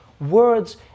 Words